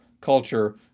culture